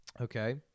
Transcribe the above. Okay